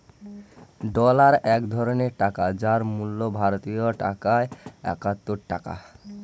dollar এক ধরনের টাকা যার মূল্য ভারতীয় টাকায় একাত্তর টাকা